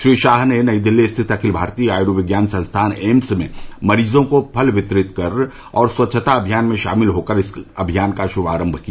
श्री शाह ने नई दिल्ली स्थित अखिल भारतीय आयुर्विज्ञान संस्थान एम्स में मरीजों को फल वितरित कर और स्वच्छता अभियान में शामिल होकर इस अभियान का शुभारम्म किया